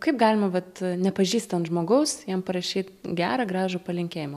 kaip galima vat nepažįstant žmogaus jam parašyt gerą gražų palinkėjimą